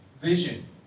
vision